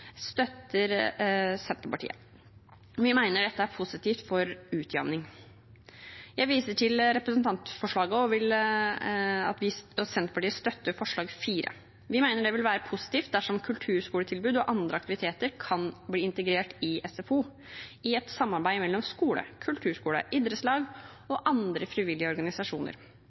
støtter Senterpartiet. Vi mener at det er positivt for utjevning. Jeg viser til representantforslaget, og Senterpartiet støtter forslag nr. 4. Vi mener det vil være positivt dersom kulturskoletilbud og andre aktiviteter kan bli integrert i SFO i et samarbeid mellom skole, kulturskole, idrettslag og andre frivillige organisasjoner.